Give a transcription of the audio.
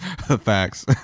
Facts